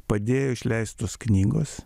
padėjo išleistos knygos